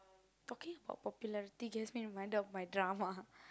okay got popularity gets me reminded of my drama